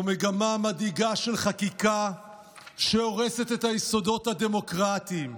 זה מגמה מדאיגה של חקיקה שהורסת את היסודות הדמוקרטיים.